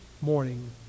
morning